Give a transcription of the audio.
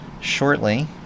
shortly